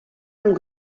amb